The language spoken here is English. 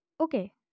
okay